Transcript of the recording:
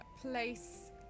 place